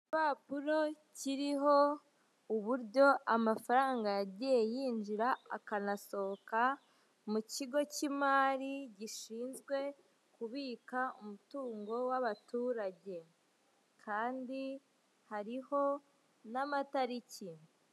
Papuro kiriho uburyo amafaranga yagiye yinjira akanasohoka, mu kigo cy'imari gishinzwe kubika umutungo w'abaturage, kandi hariho n'amatariki.